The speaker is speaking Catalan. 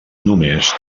només